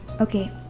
Okay